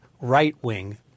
right-wing